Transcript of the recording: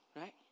right